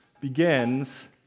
begins